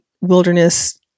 wilderness